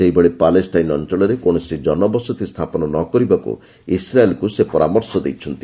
ସେହିଭଳି ପାଲେଷ୍ଟାଇନ୍ ଅଞ୍ଚଳରେ କୌଣସି ଜନବସତି ସ୍ଥାପନ ନ କରିବାକୁ ଇସ୍ରାଏଲ୍କୁ ସେ ପରାମର୍ଶ ଦେଇଛନ୍ତି